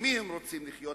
עם מי הם רוצים לחיות?